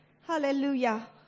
Hallelujah